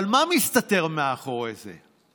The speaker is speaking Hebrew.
אבל מה מסתתר מאחורי זה?